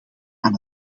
aan